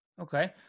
Okay